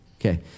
Okay